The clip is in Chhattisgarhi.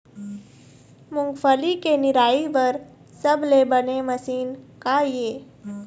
मूंगफली के निराई बर सबले बने मशीन का ये?